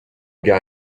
gars